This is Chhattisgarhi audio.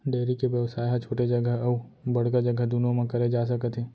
डेयरी के बेवसाय ह छोटे जघा अउ बड़का जघा दुनों म करे जा सकत हे